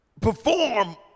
perform